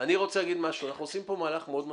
אנחנו עושים פה מהלך מאוד משמעותי,